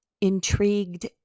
intrigued